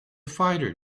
fighter